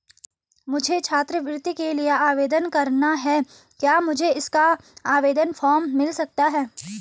मुझे छात्रवृत्ति के लिए आवेदन करना है क्या मुझे इसका आवेदन फॉर्म मिल सकता है?